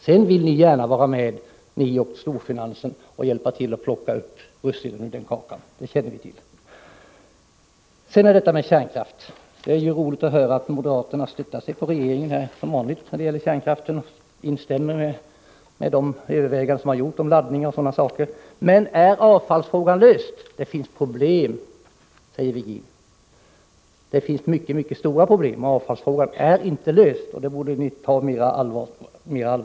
Sedan vill ni gärna vara med, ni och storfinansen, och hjälpa till att plocka russinen ur kakan. Det känner vi till. Beträffande kärnkraften är det roligt att höra att moderaterna som vanligt stöttar sig på regeringen och instämmer i de överväganden som har gjorts om laddningar m.m. Men är avfallsfrågan löst? Det finns problem, säger Ivar Virgin. Ja, det finns mycket stora problem, och avfallsfrågan är inte löst. Den frågan borde ni ta mer allvarligt på.